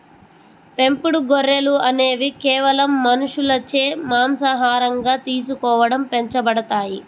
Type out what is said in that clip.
పెంపుడు గొర్రెలు అనేవి కేవలం మనుషులచే మాంసాహారంగా తీసుకోవడం పెంచబడతాయి